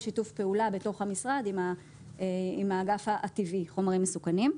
בשיתוף פעולה בתוך המשרד עם האגף הטבעי חומרים מסוכנים.